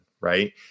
right